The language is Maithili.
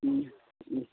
ऊँ हूँ